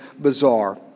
bizarre